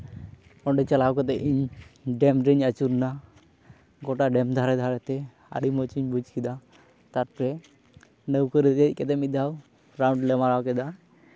ᱚᱸᱰᱮ ᱪᱟᱞᱟᱣ ᱠᱟᱛᱮᱜ ᱤᱧ ᱰᱮᱢ ᱨᱤᱧ ᱟᱹᱪᱩᱨᱱᱟ ᱜᱳᱴᱟ ᱰᱮᱢ ᱫᱷᱟᱨᱮ ᱫᱷᱟᱨᱮᱛᱮ ᱟᱹᱰᱤ ᱢᱚᱡᱽ ᱤᱧ ᱵᱩᱡᱽ ᱠᱮᱫᱟ ᱛᱟᱨᱯᱚᱨᱮ ᱱᱟᱹᱣᱠᱟᱹᱨᱮ ᱫᱮᱡ ᱠᱟᱛᱮᱜ ᱢᱤᱫ ᱫᱷᱟᱣ ᱯᱟᱨᱠ ᱞᱮ ᱫᱟᱬᱟ ᱠᱮᱫᱟ